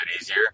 easier